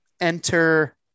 enter